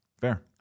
Fair